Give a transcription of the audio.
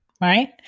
right